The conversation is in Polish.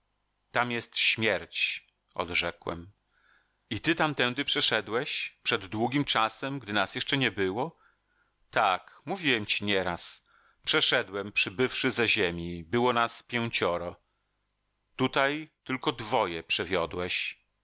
tam jest śmierć odrzekłem i ty tamtędy przeszedłeś przed długim czasem gdy nas jeszcze nie było tak mówiłem ci nieraz przeszedłem przybywszy ze ziemi było nas pięcioro tutaj tylko dwoje